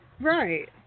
Right